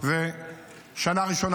בשנה הראשונה,